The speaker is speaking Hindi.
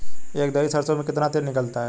एक दही सरसों में कितना तेल निकलता है?